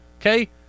Okay